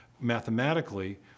mathematically